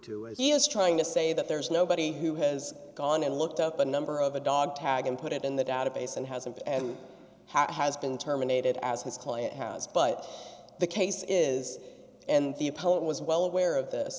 to as he is trying to say that there is nobody who has gone and looked up a number of a dog tag and put it in the database and hasn't and has been terminated as his client has but the case is and the opponent was well aware of this